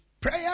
Prayer